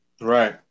Right